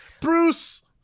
Bruce